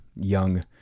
young